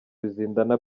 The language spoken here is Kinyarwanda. ruzindana